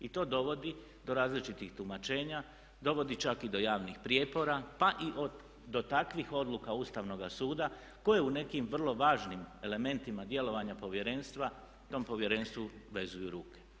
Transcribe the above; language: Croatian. I to dovodi do različitih tumačenja, dovodi čak i do javnih prijepora pa i do takvih odluka Ustavnoga suda koje u nekim vrlo važnim elementima djelovanja povjerenstva tom povjerenstvu vezuju ruke.